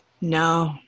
no